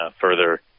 further